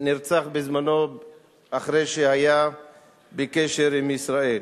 נרצח בזמנו אחרי שהיה בקשר עם ישראל.